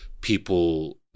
people